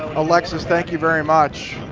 alexis thank you very much.